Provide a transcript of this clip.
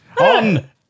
on